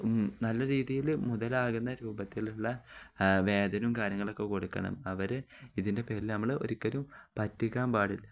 നല്ല രീതിയില് മുതലാകുന്ന രൂപത്തിലുള്ള വേതനവും കാര്യങ്ങളൊക്കെ കൊടുക്കണം അവര് ഇതിൻ്റെ പേരില് നമ്മള് ഒരിക്കലും പറ്റിക്കാൻ പാടില്ല